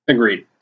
Agreed